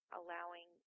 allowing